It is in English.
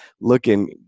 looking